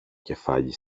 κεφάλι